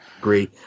agree